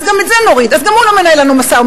אז גם את זה נוריד, גם הוא לא מנהל לנו משא-ומתן.